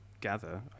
gather